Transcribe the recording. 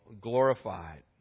glorified